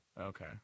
Okay